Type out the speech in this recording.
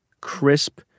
crisp